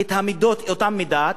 אותן מידות,